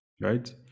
right